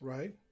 Right